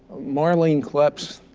marlene klepees,